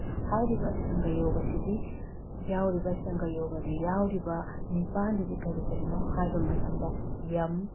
ꯍꯥꯏꯔꯤꯕ ꯑꯁꯇꯪꯒ ꯌꯣꯒꯁꯤꯗꯤ ꯌꯥꯎꯔꯤꯕ ꯑꯁꯇꯪꯒ ꯌꯣꯒꯗ ꯌꯥꯎꯔꯤꯕ ꯅꯤꯄꯥꯜꯗꯨꯗꯤ ꯀꯔꯤ ꯀꯔꯤꯅꯣ ꯍꯥꯏꯕ ꯃꯇꯝꯗ ꯌꯝ